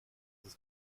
ist